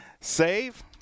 save